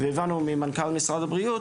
והבנו ממנכ"ל משרד הבריאות,